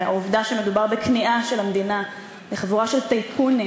העובדה שמדובר בכניעה של המדינה לחבורה של טייקונים